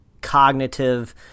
cognitive